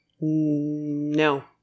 no